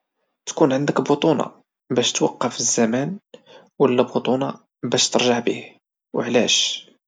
تكون عندك بوطونة باش توقف الزمان ولا بوطونة باش ترجع بيه وعلاش؟